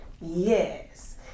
Yes